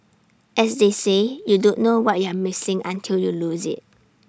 as they say you don't know what you're missing until you lose IT